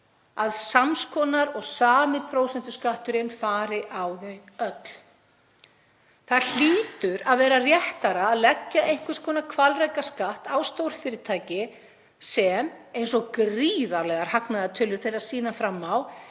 að sams konar og sami prósentuskatturinn fari á þau öll. Það hlýtur að vera réttara að leggja einhvers konar hvalrekaskatt á stórfyrirtæki sem, eins og gríðarlegar hagnaðartölur þeirra sýna fram á,